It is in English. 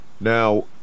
Now